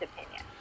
opinion